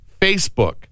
Facebook